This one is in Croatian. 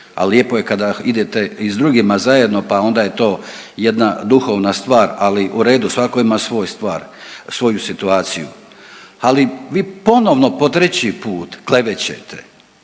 lijepo je kada idete i s drugima zajedno pa onda je to jedna duhovna stvar, ali u redu svako ima svoj stvar, svoju situaciju. Ali vi ponovno po treći put klevećete.